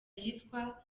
yitwa